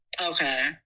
Okay